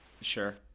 Sure